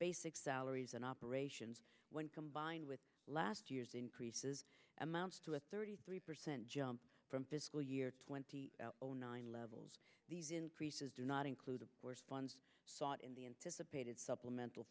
basic salaries and operations when combined with last year's increases amounts to a thirty three percent jump from fiscal year twenty nine levels these increases do not include of course funds sought in the anticipated supplemental